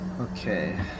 Okay